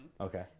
Okay